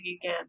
again